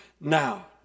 Now